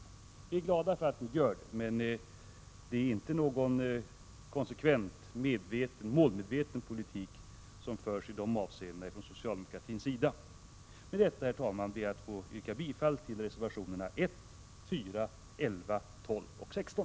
Vi är glada för att ni gör det. Men det är inte någon konsekvent och målmedveten politik som förs i de avseendena från socialdemokratins sida. Med detta, herr talman, ber jag att få yrka bifall till reservationerna 1, 4, 11, 12 och 16.